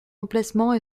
emplacement